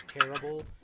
terrible